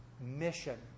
mission